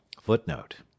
Footnote